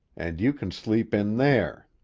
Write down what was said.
and you can sleep in there.